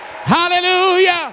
Hallelujah